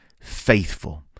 faithful